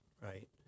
Right